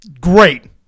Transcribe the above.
Great